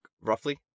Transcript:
roughly